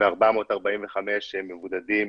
מ-445 מבודדים,